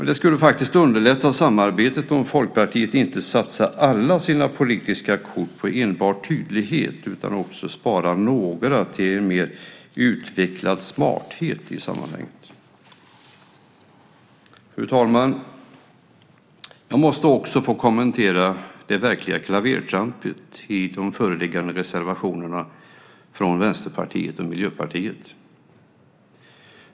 Det skulle faktiskt underlätta samarbetet om Folkpartiet inte satsar alla sina politiska kort på enbart tydlighet utan också sparar några till en mer utvecklad smarthet i sammanhanget. Fru talman! Jag måste också få kommentera det verkliga klavertrampet i de föreliggande reservationerna från Vänsterpartiet och Miljöpartiet.